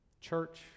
Church